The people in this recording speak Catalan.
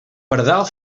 pardal